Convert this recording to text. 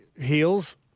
Heels